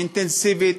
אינטנסיבית,